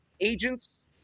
agents